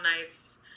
nights